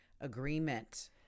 Agreement